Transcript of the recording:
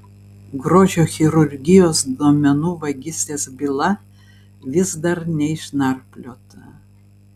grožio chirurgijos duomenų vagystės byla vis dar neišnarpliota